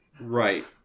Right